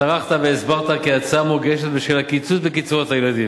טרחת והסברת כי ההצעה מוגשת בשל הקיצוץ בקצבאות הילדים.